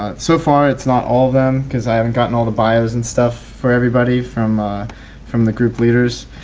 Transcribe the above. ah so far it's not all of them. because i haven't go and all the bios and stuff for everybody from from the group leaders.